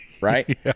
right